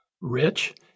rich